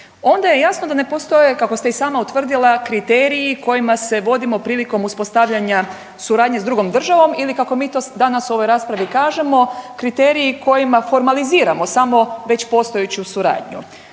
onda je jasno da ne postoje, kako ste i sama utvrdila kriteriji kojima se vodimo prilikom uspostavljanja suradnje s drugom državom ili kako mi to danas u ovoj raspravi kažemo, kriteriji kojima formaliziramo samo već postojeću suradnju.